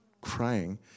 crying